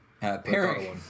Parent